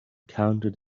counted